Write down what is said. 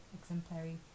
exemplary